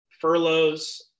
Furloughs